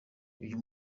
uyu